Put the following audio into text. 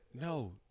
No